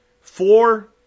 four